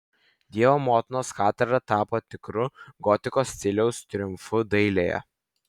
dievo motinos katedra tapo tikru gotikos stiliaus triumfu dailėje